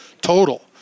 total